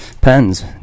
pens